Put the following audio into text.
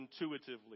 intuitively